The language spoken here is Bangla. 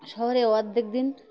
শহরে অর্ধেক দিন